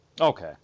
Okay